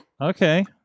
okay